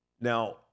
Now